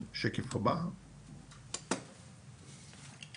(שקף: הכשרת מורים).